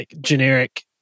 generic